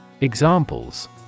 Examples